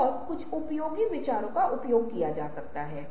तो आप अपने अनुभव के साथ सोचना शुरू करते हैं कि आपने क्या सीखा है